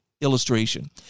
illustration